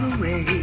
away